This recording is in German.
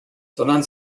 sondern